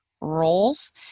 roles